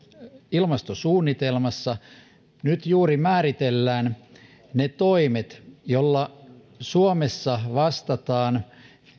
ilmastosuunnitelmassa nyt juuri määritellään ne toimet joilla suomessa vastataan